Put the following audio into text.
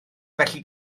felly